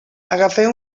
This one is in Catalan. agafeu